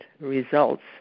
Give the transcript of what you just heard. results